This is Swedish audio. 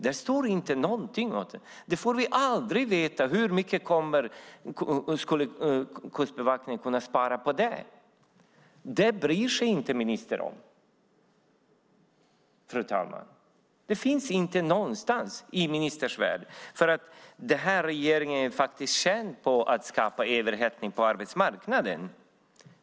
Det står inte någonting om det. Vi får aldrig veta hur mycket Kustbevakningen skulle kunna spara på det. Det bryr sig inte ministern om, fru talman. Det finns inte någonstans i ministerns värld. Den här regeringen är faktiskt känd för att skapa överhettning på arbetsmarknaden.